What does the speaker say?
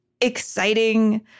exciting